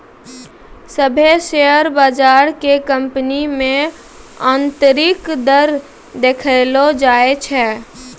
सभ्भे शेयर बजार के कंपनी मे आन्तरिक दर देखैलो जाय छै